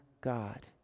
God